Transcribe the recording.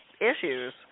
issues